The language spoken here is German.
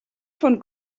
von